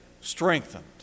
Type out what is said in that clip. strengthened